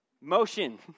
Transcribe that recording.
motion